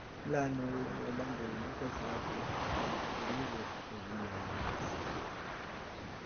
Lano onyola mbu amapesa ako kakhukurire obuyanzi.